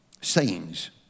sayings